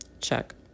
check